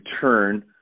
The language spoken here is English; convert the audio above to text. turn